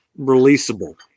releasable